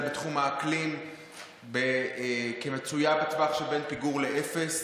בתחום האקלים כמצויה בטווח שבין פיגור לאפס.